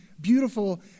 beautiful